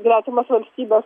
gretimas valstybes